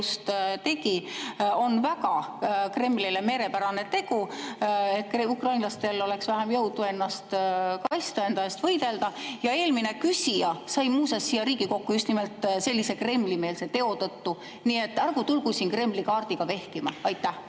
tegi, on väga Kremlile meelepärane tegu. Ukrainlastel on siis vähem jõudu ennast kaitsta, enda eest võidelda. Ja eelmine küsija sai muuseas siia Riigikokku just nimelt sellise Kremli-meelse teo tõttu, nii et ärgu tulgu siin Kremli-kaardiga vehkima! Istungi